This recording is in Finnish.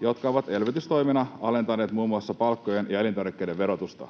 jotka ovat elvytystoimena alentaneet muun muassa palkkojen ja elintarvikkeiden verotusta.